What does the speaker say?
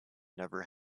never